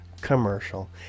commercial